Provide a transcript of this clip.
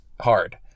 hard